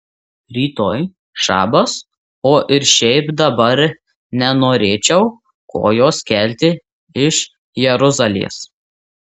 rytoj šabas o ir šiaip dabar nenorėčiau kojos kelti iš jeruzalės